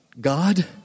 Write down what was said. God